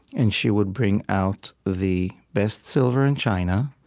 and she would bring out the best silver and china,